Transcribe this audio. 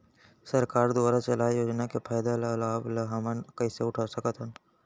सरकार दुवारा चलाये योजना के फायदा ल लाभ ल हमन कइसे उठा सकथन?